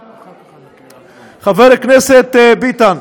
חבר הכנסת ביטן,